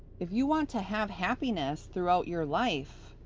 if you want to have happiness throughout your life,